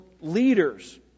leaders